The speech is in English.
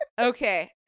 Okay